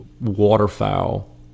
waterfowl